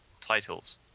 titles